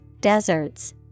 deserts